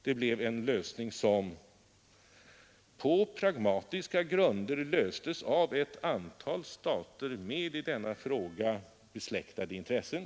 Det blev en lösning som på pragmatiska grunder nåddes av ett antal stater med i denna fråga besläktade intressen.